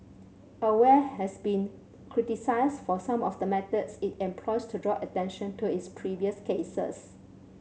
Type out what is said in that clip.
aware has been criticised for some of the methods it employs to draw attention to its previous causes